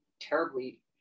terribly